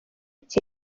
cye